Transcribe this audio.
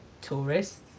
tourists